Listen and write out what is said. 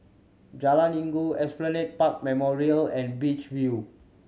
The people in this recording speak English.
Jalan Inggu Esplanade Park Memorial and Beach View